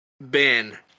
Ben